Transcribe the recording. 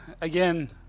Again